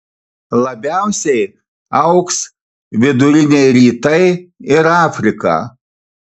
labiausiai augs viduriniai rytai ir afrika